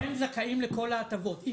שהם זכאים לכל ההטבות.